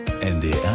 NDR